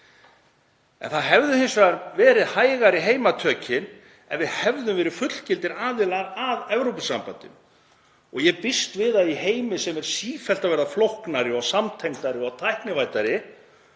En það hefðu hins vegar verið hægari heimatökin ef við hefðum verið fullgildir aðilar að Evrópusambandinu. Ég býst við að í heimi sem er sífellt að verða flóknari og samtengdari og tæknivæddari